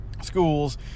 schools